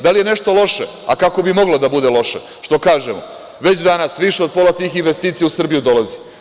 Da li je nešto loše, a kako bi moglo da bude loše, što kažemo - već danas više od pola tih investicija u Srbiju dolazi?